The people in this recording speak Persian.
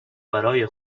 برای